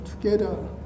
together